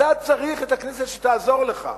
אתה צריך את הכנסת שתעזור לך,